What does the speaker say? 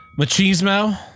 Machismo